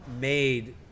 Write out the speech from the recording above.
made